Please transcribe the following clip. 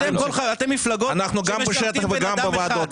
אנחנו גם בשטח וגם בוועדות.